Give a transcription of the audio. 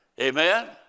Amen